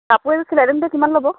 কাপোৰ এযোৰ চিলাই দিওঁতে কিমান ল'ব